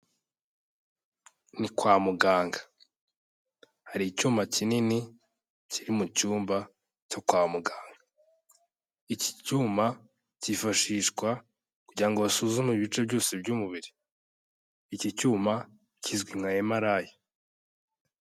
Ni kwa muganga, hari icyuma kinini kiri mu cyumba cyo kwa muganga, iki cyuma cyifashishwa kugira ngo basuzume ibice byose by'umubiri, iki cyuma kizwi nka MRI.